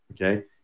Okay